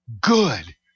good